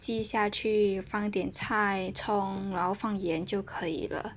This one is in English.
鸡下去放一点菜葱然后放盐就可以了